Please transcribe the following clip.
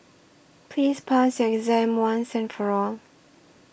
please pass your exam once and for all